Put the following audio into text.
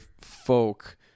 folk